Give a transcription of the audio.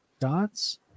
gods